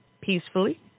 peacefully